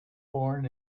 born